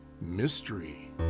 mystery